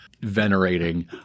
venerating